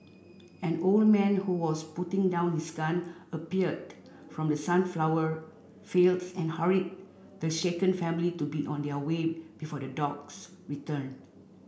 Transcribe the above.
an old man who was putting down his gun appeared from the sunflower fields and hurried the shaken family to be on their way before the dogs return